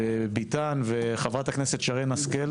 ביטן וחברת הכנסת שרן השכל.